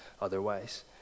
otherwise